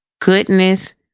goodness